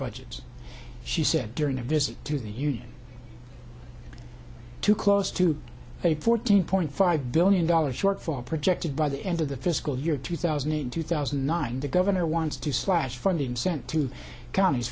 budgets she said during a visit to the union to close to a fourteen point five billion dollars shortfall projected by the end of the fiscal year two thousand in two thousand and nine the governor wants to slash funding sent to counties